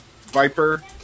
Viper